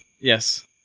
Yes